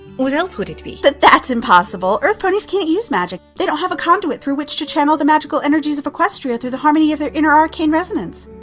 what else would it be? twilight but that's impossible, earth ponies can't use magic, they don't have a conduit through which to channel the magical energies of equestria through the harmony of their inner arcane resonance!